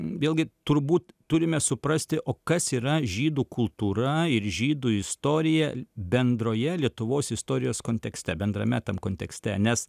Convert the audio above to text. vėlgi turbūt turime suprasti o kas yra žydų kultūra ir žydų istorija bendroje lietuvos istorijos kontekste bendrame tam kontekste nes